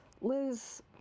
Liz